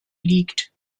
liegt